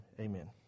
amen